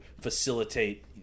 facilitate